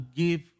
give